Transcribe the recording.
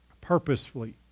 purposefully